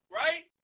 right